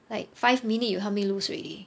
like five minute you help me lose already